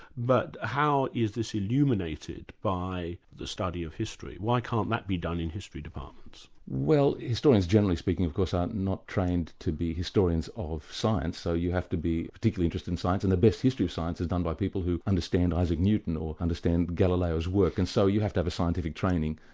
but how is this illuminated by the study of history? why can't that be done in history departments? well historians, generally speaking of course, are not trained to be historians of science, so you have to be particularly interested in science, and the best history of science is done by people who understand isaac newton or understand galileo's work, and so you have to have a scientific training.